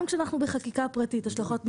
גם כשאנחנו בחקיקה פרטית, השלכות משפטיות,